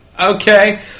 Okay